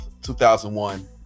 2001